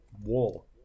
wall